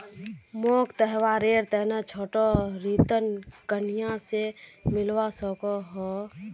मोक त्योहारेर तने छोटा ऋण कुनियाँ से मिलवा सको हो?